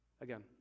again